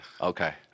Okay